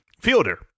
fielder